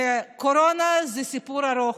שקורונה זה סיפור ארוך,